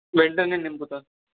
బెంటన్ంగాని నేనుకుతా